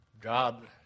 God